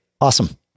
Awesome